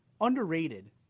underrated